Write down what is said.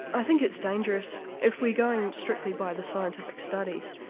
i think it's dangerous. if we're going strictly by the scientific studies,